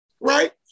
right